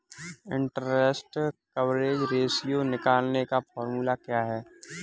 Interest coverage ratio निकालने का formula क्या है?